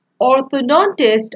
Orthodontist